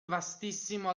vastissimo